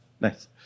Nice